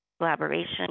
collaboration